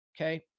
Okay